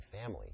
family